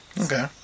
Okay